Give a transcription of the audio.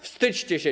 Wstydźcie się.